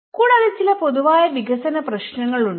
കൂടാതെ ചില പൊതുവായ വികസന പ്രശ്നങ്ങളുണ്ട്